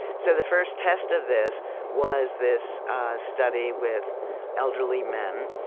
so the first test of this was this study with elderly men,